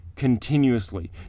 continuously